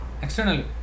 externally